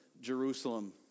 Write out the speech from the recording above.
Jerusalem